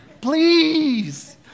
please